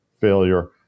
failure